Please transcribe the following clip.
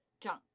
junk